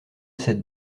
cette